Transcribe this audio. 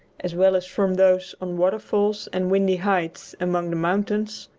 as well as from those on waterfalls and windy heights among the mountains,